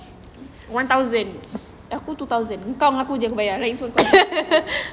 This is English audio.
one thousand aku two thousand kau ngan aku jer aku bayar lain semua kau bayar